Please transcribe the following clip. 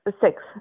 six